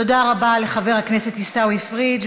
תודה רבה לחבר הכנסת עיסאווי פריג'.